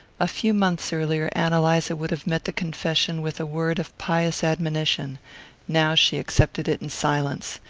a few months earlier ann eliza would have met the confession with a word of pious admonition now she accepted it in silence.